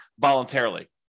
voluntarily